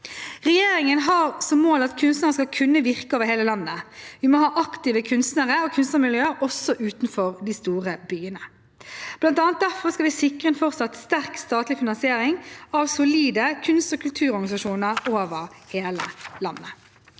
Regjeringen har som mål at kunstnere skal kunne virke over hele landet. Vi må ha aktive kunstnere og kunstnermiljø også utenfor de store byene. Blant annet derfor skal vi sikre en fortsatt sterk statlig finansiering av solide kunst- og kulturorganisasjoner over hele landet.